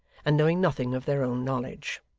and knowing nothing of their own knowledge.